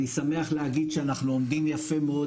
אני שמח להגיד שאנחנו עומדים יפה מאוד